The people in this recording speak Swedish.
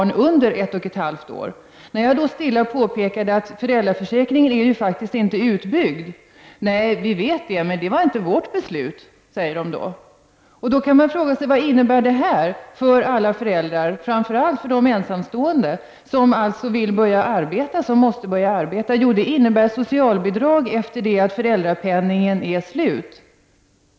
När jag då stilla påpekade att föräldraförsäkringen faktiskt inte är utbyggd, sade politikerna i kommunen att de visste om det, men att det inte var deras beslut. Man kan då fråga sig vad detta innebär för alla föräldrar, framför allt för de ensamstående som vill eller måste börja arbeta. Jo, det innebär att de måste ta socialbidrag efter det att föräldrapenningen är slut.